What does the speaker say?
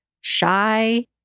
shy